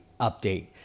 update